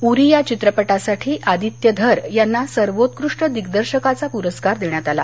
उरी या चित्रपटासाठी अदित्य धर यांना सर्वोत्कृष्ट दिग्दर्शकाचा पूरस्कार देण्यात आला